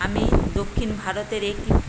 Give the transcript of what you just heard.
আমি দক্ষিণ ভারতের একটি